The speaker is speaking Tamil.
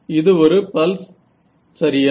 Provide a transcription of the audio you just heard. இது ஒரு பல்ஸ் சரியா